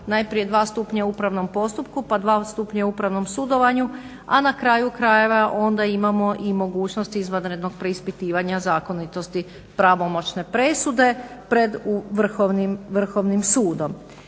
Najprije dva stupnja u upravnom postupku, pa dva stupanja u upravnom sudovanju, a na kraju krajeva onda imamo mogućnost izvanrednog preispitivanja zakonitosti pravomoćne presude pred Vrhovnim sudom.